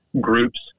Groups